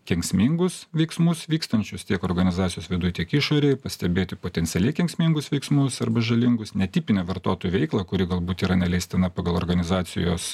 kenksmingus veiksmus vykstančius tiek organizacijos viduj tiek išorėj pastebėti potencialiai kenksmingus veiksmus arba žalingus netipinę vartotojų veiklą kuri galbūt yra neleistina pagal organizacijos